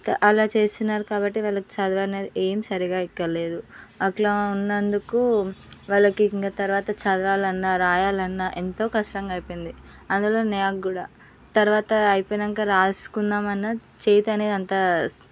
అలా చేశారు కాబట్టి వాళ్ళకి చదువు అనేది ఏం సరిగ్గా ఎక్కలేదు అలా ఉన్నందుకు వాళ్ళకి ఇంకా తరువాత చదవాలన్న రాయాలన్న ఎంతో కష్టంగా అయిపోయింది అందులో నాక్కూడా తరువాత అయిపోయాక రాసుకుందామన్నా చేతితోనే అంతా